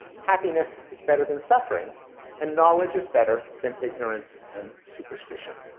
happiness is better than suffering and knowledge is better than ignorance and superstition.